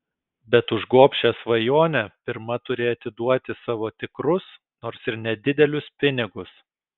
bet už gobšią svajonę pirma turi atiduoti savo tikrus nors ir nedidelius pinigus